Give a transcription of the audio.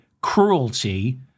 cruelty